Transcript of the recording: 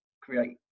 create